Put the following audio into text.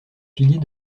pilier